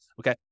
Okay